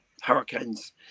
hurricanes